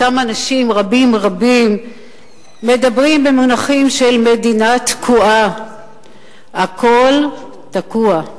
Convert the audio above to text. אותם אנשים רבים רבים מדברים במונחים של "מדינה תקועה"; הכול תקוע.